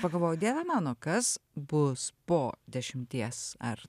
pagalvojau dieve mano kas bus po dešimties ar